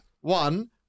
one